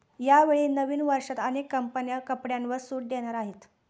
यावेळी नवीन वर्षात अनेक कंपन्या कपड्यांवर सूट देणार आहेत